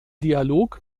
dialog